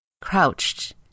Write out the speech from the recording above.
crouched